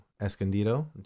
Escondido